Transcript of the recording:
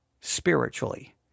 spiritually